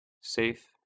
SAFE